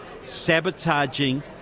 sabotaging